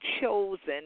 chosen